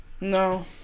No